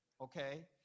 Okay